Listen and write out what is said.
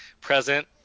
present